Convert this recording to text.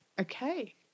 Okay